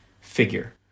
figure